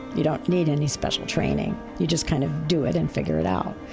you don't need any special training, you just kind of do it and figure it out.